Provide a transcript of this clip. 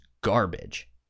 garbage